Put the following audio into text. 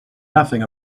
nothing